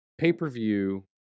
Pay-per-view